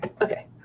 okay